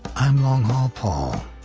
i'm long haul paul.